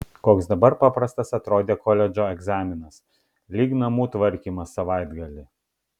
koks dabar paprastas atrodė koledžo egzaminas lyg namų tvarkymas savaitgalį